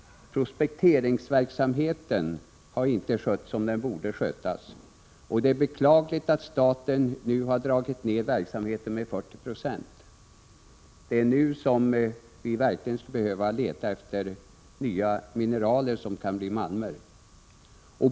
Prospekteringsverksamheten har inte skötts som den borde skötas, och det är beklagligt att staten nu har dragit ner verksamheten med 40 96. Det är nu som vi verkligen skulle behöva leta efter nya mineral som kan bli malmer.